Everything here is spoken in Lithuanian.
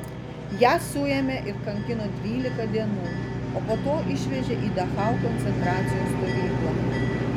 ją suėmė ir kankino dvylika dienų o po to išvežė į dachau koncentracijos stovyklą